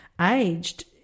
aged